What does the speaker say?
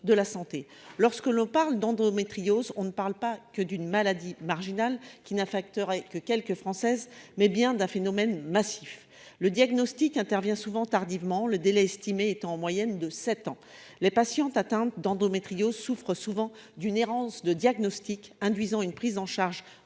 de la Santé, lorsque l'on parle d'endométriose, on ne parle pas que d'une maladie marginal qui n'affecterait que quelques française, mais bien d'un phénomène massif le diagnostic intervient souvent tardivement le délais estimés étant en moyenne de 7 ans les patientes atteintes d'endométriose souffrent souvent d'une errance de diagnostic induisant une prise en charge